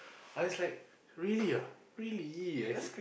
I was like really ah really I said